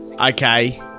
okay